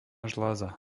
žľaza